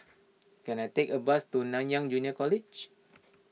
can I take a bus to Nanyang Junior College